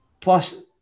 Plus